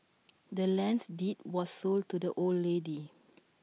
the land's deed was sold to the old lady